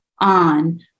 on